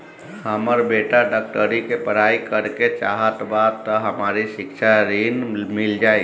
हमर बेटा डाक्टरी के पढ़ाई करेके चाहत बा त हमरा शिक्षा ऋण मिल जाई?